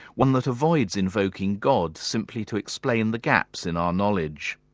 one that avoids invoking god simply to explain the gaps in our knowledge?